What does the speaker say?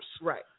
Right